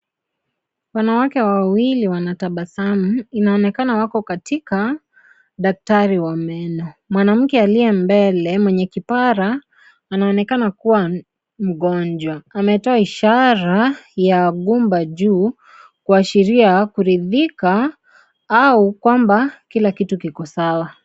Wanawake wawili wanatabasamu. Inaonekana wako katika daktari wa meno. Mwanamke aliye mbele mwenye kipara, anaonekana kuwa mgonjwa. Ametoa ishara ya gumba juu kuashiria kuridhika au kwamba, kila kitu kiko sawa.